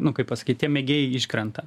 nu kaip pasakyt tie mėgėjai iškrenta